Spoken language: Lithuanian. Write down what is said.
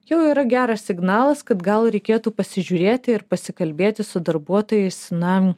jau yra geras signalas kad gal reikėtų pasižiūrėti ir pasikalbėti su darbuotojais na